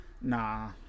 nah